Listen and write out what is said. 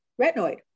retinoid